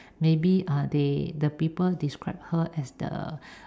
maybe uh they the people describe her as the